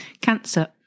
cancer